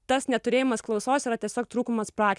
tas neturėjimas klausos yra tiesiog trūkumas praktikos